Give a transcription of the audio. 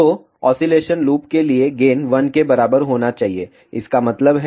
तो oscillation loop के लिए गेन 1 के बराबर होना चाहिए इसका मतलब है